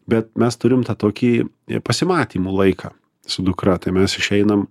bet mes turim tą tokį pasimatymų laiką su dukra tai mes išeinam